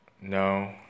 No